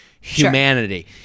humanity